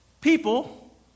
people